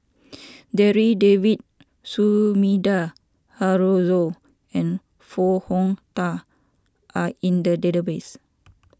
Darryl David Sumida Haruzo and Foo Hong Tatt are in the database